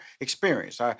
experience